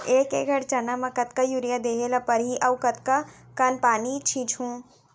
एक एकड़ चना म कतका यूरिया देहे ल परहि अऊ कतका कन पानी छींचहुं?